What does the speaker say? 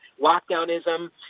lockdownism